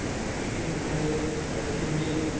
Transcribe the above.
आनी एडिटींग म्हणल्यार पिक्चराचे मॅन हें